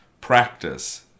practice